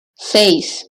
seis